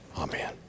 Amen